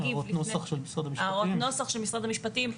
נוסח של משרד המשפטים.